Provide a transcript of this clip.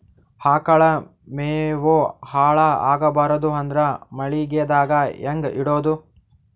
ಆಕಳ ಮೆವೊ ಹಾಳ ಆಗಬಾರದು ಅಂದ್ರ ಮಳಿಗೆದಾಗ ಹೆಂಗ ಇಡೊದೊ?